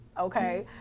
okay